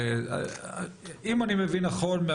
אם אני מבין נכון,